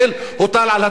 הוטל על הטורקים,